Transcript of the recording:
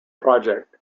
project